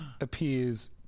appears